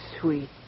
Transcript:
sweet